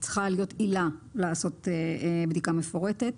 צריכה להיות עילה לעשות בדיקה מפורטת.